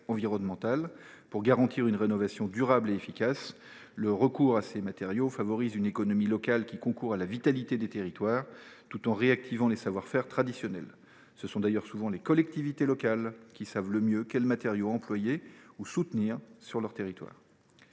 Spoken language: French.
environnemental, pour garantir une rénovation durable et efficace. Le recours à ces matériaux favorise une économie locale qui concourt à la vitalité des territoires, tout en réactivant les savoir faire traditionnels. Ce sont d’ailleurs souvent les collectivités locales qui savent le mieux quel matériau employer ou quelle filière soutenir sur leur territoire.